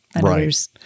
Right